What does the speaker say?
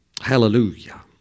Hallelujah